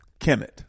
Kemet